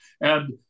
And-